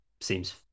Seems